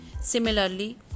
similarly